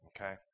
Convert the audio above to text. Okay